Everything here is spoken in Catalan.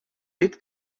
dit